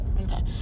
Okay